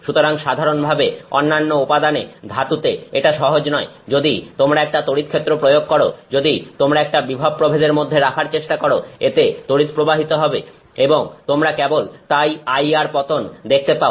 সুতরাং সাধারণভাবে অন্যান্য উপাদানে ধাতুতে এটা সহজ নয় যদি তোমরা একটা তড়িৎক্ষেত্র প্রয়োগ করো যদি তোমরা একটা বিভব প্রভেদের মধ্যে রাখার চেষ্টা করো এতে তড়িৎ প্রবাহিত হবে এবং তোমরা কেবল তাই IR পতন দেখতে পাও